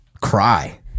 cry